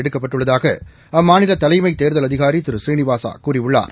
எடுக்கப்பட்டுள்ளதாக அம்மாநில தலைமை தோதல் அதிகாரி திரு புரீனிவாசா கூறியுள்ளார்